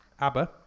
abba